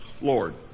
Lord